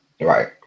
Right